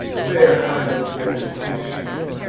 fair io grac'd his shield